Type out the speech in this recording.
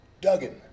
Duggan